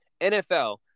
NFL